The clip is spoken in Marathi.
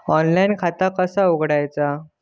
ऑनलाइन खाता कसा उघडायचा?